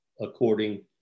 according